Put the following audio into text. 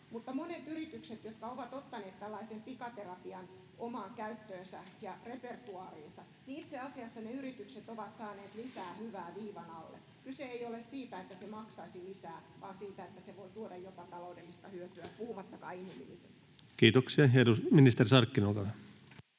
Mutta monet yritykset, jotka ovat ottaneet tällaisen pikaterapian omaan käyttöönsä ja repertuaariinsa, itse asiassa ovat saaneet lisää hyvää viivan alle. Kyse ei ole siitä, että se maksaisi lisää, vaan siitä, että se voi tuoda jopa taloudellista hyötyä, puhumattakaan inhimillisestä. [Speech 122] Speaker: